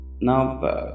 Now